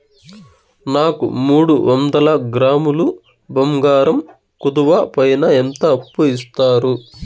నాకు మూడు వందల గ్రాములు బంగారం కుదువు పైన ఎంత అప్పు ఇస్తారు?